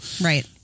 right